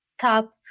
top